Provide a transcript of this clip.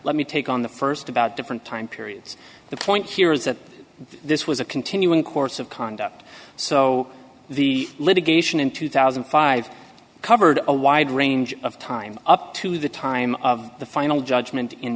let me take on the st about different time periods the point here is that this was a continuing course of conduct so the litigation in two thousand and five covered a wide range of time up to the time of the final judgment in